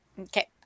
Okay